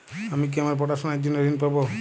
আমি কি আমার পড়াশোনার জন্য ঋণ পাব?